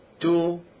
two